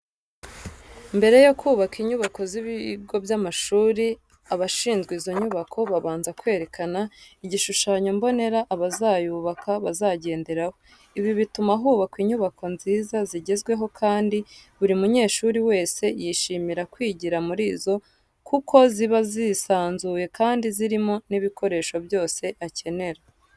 Mbere yo kubaka inyubako z'ibigo by'amashuri abashinzwe izo nyubako babanza kwerekana igishushanyo mbonera abazayubaka bazagenderaho. Ibi bituma hubakwa inyubako nziza zigezweho kandi buri munyeshuri wese yishimira kwigira muri zo kuko ziba zisanzuye kandi zirimo n'ibikoresho byose akenera.